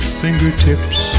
fingertips